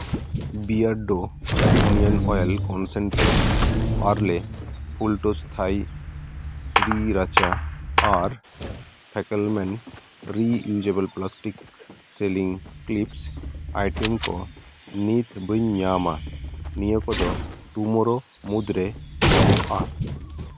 ᱵᱤᱭᱟᱨᱰᱳ onion oil concentrated ᱯᱟᱨᱞᱮ ᱯᱷᱩᱞᱴᱳᱡ Thai sriracha ᱟᱨ ᱯᱷᱮᱠᱮᱞᱢᱮᱱ reusable plastic sealing clips item ᱠᱚ ᱱᱤᱛ ᱵᱟᱹᱧ ᱧᱟᱢᱟ ᱱᱤᱭᱟᱹ ᱠᱚᱫᱚ ᱴᱩᱢᱳᱨᱳ ᱢᱩᱫ ᱨᱮ ᱧᱟᱢᱚᱜᱼᱟ